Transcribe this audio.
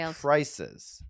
prices